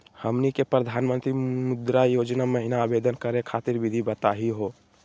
हमनी के प्रधानमंत्री मुद्रा योजना महिना आवेदन करे खातीर विधि बताही हो?